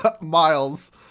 Miles